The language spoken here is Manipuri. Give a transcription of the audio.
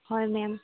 ꯍꯣꯏ ꯃꯦꯝ